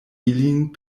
ilin